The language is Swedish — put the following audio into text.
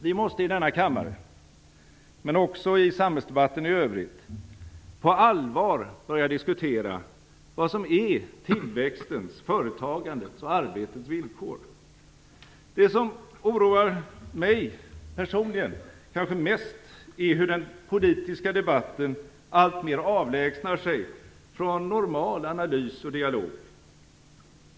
Vi måste i denna kammare, men också i samhällsdebatten i övrigt, på allvar börja diskutera vad som är tillväxtens, företagandets och arbetets villkor. Det som oroar mig personligen kanske mest är hur den politiska debatten alltmer avlägsnar sig från normal analys och dialog.